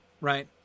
right